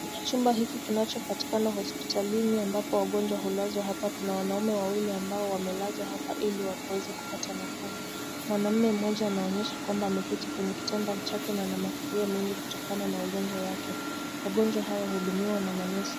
Chumba hiki kinachopatikana hosipitalini ambapo wagonjwa hulazwa hapa, kuna wanaume wawili ambao wamelazwa hapa ili wakaweze kupata nafuu, mwanaume mmoja anaonyesha kwamba ameketi kwenye kitanda chake na ana mafikirio mengi kutokana na ugonjwa wake. Wagonjwa hawa uhudumiwa na manesi.